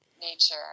nature